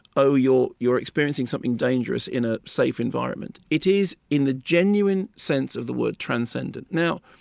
oh, you're you're experiencing something dangerous in a safe environment it is, in the genuine sense of the word, transcendent. now,